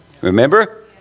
Remember